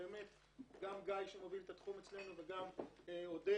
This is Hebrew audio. גם גיא שמוביל את התחום אצלנו, גם עודד,